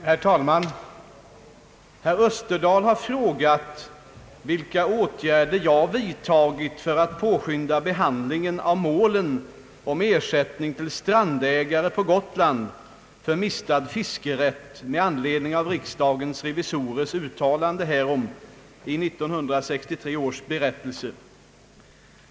Herr talman! Herr Österdahl har frågat, vilka åtgärder jag vidtagit för att påskynda behandlingen av målen om ersättning till strandägare på Gotland för mistad fiskerätt med anledning av riksdagens revisorers uttalanden härom i 1963 års berättelse.